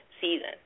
season